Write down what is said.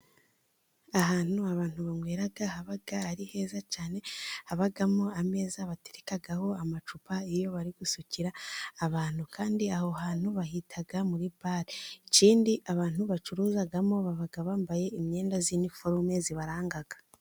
Ahantu abantu banywera haba ari heza cyane. Habamo ameza baterekaho amacupa, iyo bari gusukira abantu. Kandi aho hantu bahita muri bara. Ikindi abantu bacuruzamo baba bambaye imyenda y'iniforume ibaranga.